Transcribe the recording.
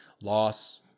loss